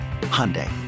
Hyundai